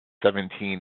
seventeen